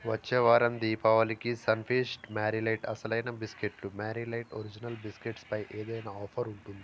వచ్చే వారం దీపావళికి సన్ఫీస్ట్ మ్యారీ అసలైన బిస్కెట్లు మారీ లైట్ ఒరిజినల్ బిస్కెట్స్ పై ఏదైనా ఆఫర్ ఉంటుందా